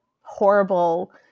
horrible